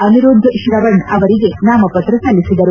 ಅನಿರುದ್ದ್ ಶ್ರವಣ್ ಅವರಿಗೆ ನಾಮಪತ್ರ ಸಲ್ಲಿಸಿದರು